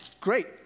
Great